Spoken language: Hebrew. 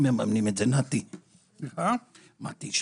מתי,